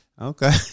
Okay